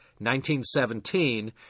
1917